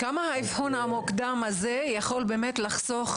עד כמה האבחון המוקדם הזה יכול לחסוך